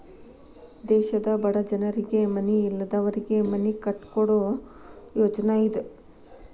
ದೇಶದ ಬಡ ಜನರಿಗೆ ಮನಿ ಇಲ್ಲದವರಿಗೆ ಮನಿ ಕಟ್ಟಿಕೊಡು ಯೋಜ್ನಾ ಇದ